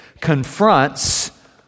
confronts